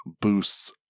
boosts